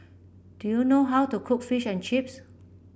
do you know how to cook Fish and Chips